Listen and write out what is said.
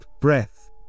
breath